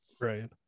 right